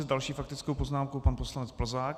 S další faktickou poznámkou pan poslanec Plzák.